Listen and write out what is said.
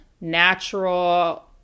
natural